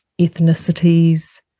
ethnicities